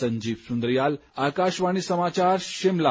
संजीव सुन्द्रियाल आकाशवाणी समाचार शिमला